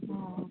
हँ